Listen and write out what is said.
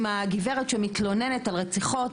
אם הגברת שמתלוננת על רציחות,